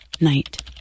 night